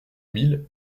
mille